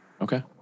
Okay